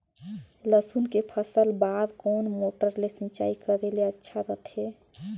लसुन के फसल बार कोन मोटर ले सिंचाई करे ले अच्छा रथे?